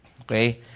okay